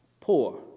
poor